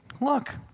Look